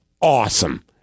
awesome